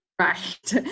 right